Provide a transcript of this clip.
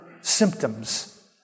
symptoms